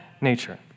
nature